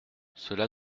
cela